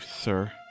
sir